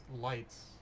lights